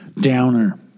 downer